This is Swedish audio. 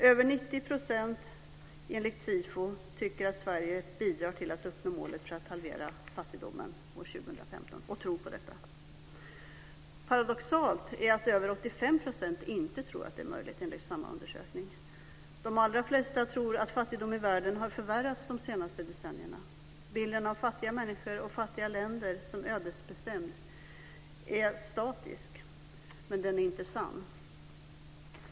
Enligt Sifo tycker över 90 % att Sverige bidrar till att uppnå målet att halvera fattigdomen till 2015. Paradoxalt är att enligt samma undersökning över 85 % inte tror att detta är möjligt. De allra flesta tror att fattigdomen i världen har förvärrats de senaste decennierna. Bilden av fattiga människor och fattiga länder som ödesbestämd är statisk men inte sann.